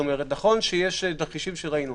נכון שיש תרחישים שראינו,